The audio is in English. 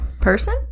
Person